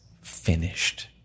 finished